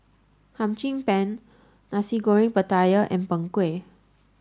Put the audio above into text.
Hum Chim Peng Nasi Goreng Pattaya and Png Kueh